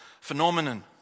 phenomenon